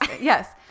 Yes